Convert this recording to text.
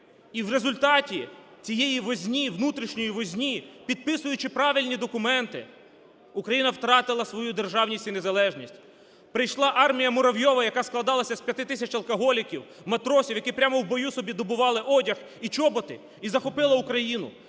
І в результаті цієї возні, внутрішньої возні, підписуючи правильні документи, Україна втратила свою державність і незалежність. Прийшла армія Муравйова, яка складалася з 5 тисяч алкоголіків, матросів, які прямо в бою собі добували одяг і чоботи, і захопила Україну.